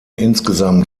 insgesamt